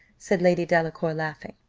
said lady delacour, laughing.